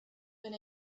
been